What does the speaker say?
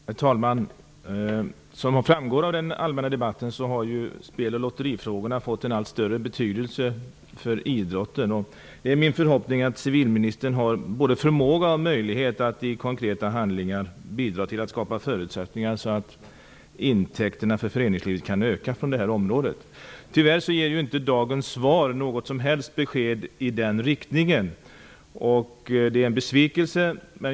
Herr talman! Som framgår av den allmänna debatten har spel och lotterifrågorna fått en allt större betydelse för idrotten. Det är min förhoppning att civilministern har både förmåga och möjlighet att i konkreta handlingar bidra till att skapa förutsättningar för att intäkterna för föreningslivet skall kunna öka från det här området. Tyvärr ges inte i dagens svar något som helst besked i den riktningen. Det är en besvikelse.